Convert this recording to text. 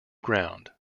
ground